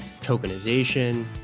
tokenization